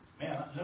Man